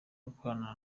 gukorana